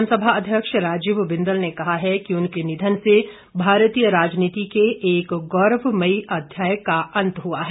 विधानसभा अध्यक्ष राजीव बिंदल ने कहा है कि उनके निधन से भारतीय राजनीति के एक गौरवमयी अध्याय का अंत हुआ है